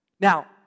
Now